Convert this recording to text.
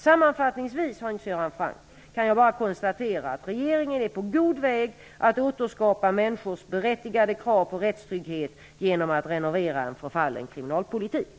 Sammanfattningsvis, Hans Göran Franck, kan jag bara konstatera att regeringen är på god väg att återskapa människornas berättigade krav på rättstrygghet genom att renovera en förfallen kriminalpolitik.